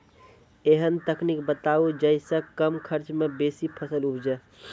ऐहन तकनीक बताऊ जै सऽ कम खर्च मे बेसी फसल उपजे?